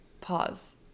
pause